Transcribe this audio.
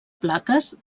plaques